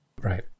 Right